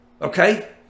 Okay